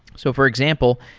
so for example,